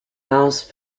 house